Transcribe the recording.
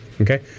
Okay